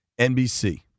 NBC